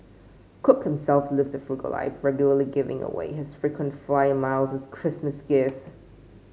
cook himself lives a frugal life regularly giving away his frequent flyer miles as Christmas gifts